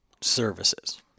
services